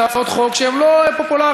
הצעות חוק שהן לא פופולריות,